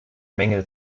mängel